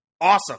Awesome